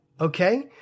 okay